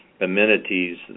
amenities